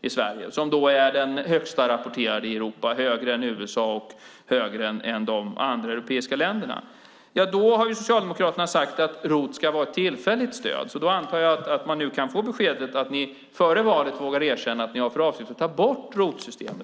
i Sverige. Det är den högsta rapporterade i Europa, högre än i USA och högre än i de andra europeiska länderna. Socialdemokraterna har sagt att ROT ska vara ett tillfälligt stöd. Jag antar att man nu kan få beskedet att ni före valet vågar erkänna att ni ska ta bort ROT-system.